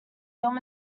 film